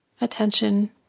attention